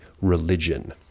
religion